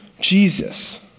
Jesus